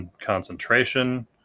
concentration